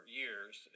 years